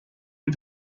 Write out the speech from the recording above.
you